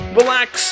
relax